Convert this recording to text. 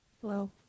Hello